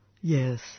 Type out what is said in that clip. Yes